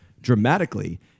dramatically